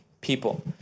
people